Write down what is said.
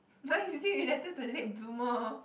is it related to late bloomer